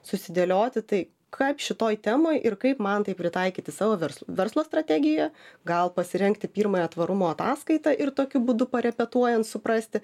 susidėlioti tai kaip šitoj temoj ir kaip man tai pritaikyti savo verslo verslo strategijoje gal pasirengti pirmąją tvarumo ataskaitą ir tokiu būdu parepetuojant suprasti